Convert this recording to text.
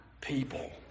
people